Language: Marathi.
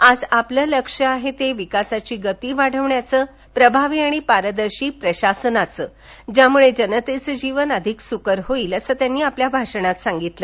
आज आपलं लक्ष्य आहे ते विकासाची गती वाढवण्याचं प्रभावी आणि पारदर्शी प्रशासनाचं ज्यामुळे जनतेचं जीवन अधिक सुकर होईल असं त्यांनी आपल्या भाषणात सांगितलं